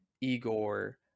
Igor